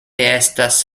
estas